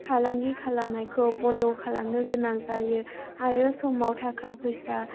फालांगि खालामनायखौ बन्द खालामनो गोनां जायो आरो समाव थाखा फैसा